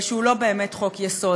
שהוא לא באמת חוק-יסוד.